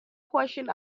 portion